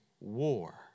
war